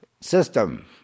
system